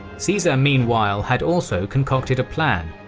caesar, meanwhile, had also concocted a plan.